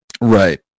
Right